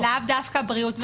לאו דווקא בריאות ורווחה.